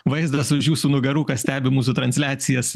vaizdas už jūsų nugarų kas stebi mūsų transliacijas